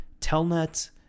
Telnet